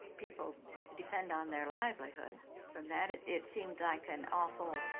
people depend on their livelihood from that, it it seemed like an awful